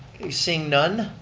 okay, seeing none.